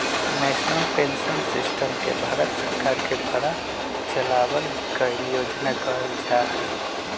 national pension system के भारत सरकार के द्वारा चलावल गइल योजना कहल जा हई